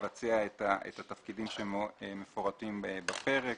לבצע את התפקידים המפורטים בפרק.